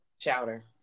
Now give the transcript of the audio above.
Chowder